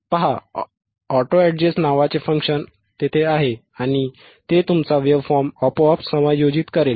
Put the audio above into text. पहा auto adjust नावाचे function आहे आणि ते तुमचा वेव्हफॉर्म आपोआप समायोजित करेल